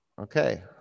Okay